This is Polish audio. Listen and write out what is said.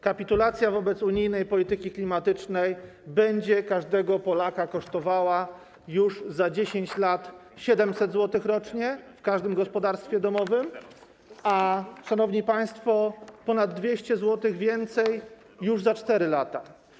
Kapitulacja wobec unijnej polityki klimatycznej każdego Polaka będzie kosztowała już za 10 lat 700 zł rocznie w każdym gospodarstwie domowym, szanowni państwo, a ponad 200 zł więcej już za 4 lata.